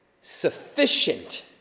sufficient